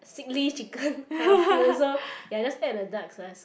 sickly chicken kinda feel so ya just add the dark soya sauce